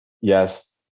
Yes